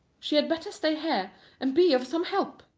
she had better stay here and be of some help.